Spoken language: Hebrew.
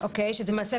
המוגבלים.